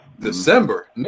December